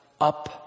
up